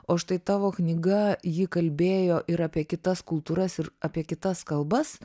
o štai tavo knyga ji kalbėjo ir apie kitas kultūras ir apie kitas kalbas